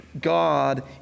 God